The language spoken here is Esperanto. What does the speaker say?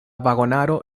vagonaro